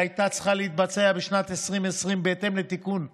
שהייתה צריכה להתבצע בשנת 2020 בהתאם לתיקון מס'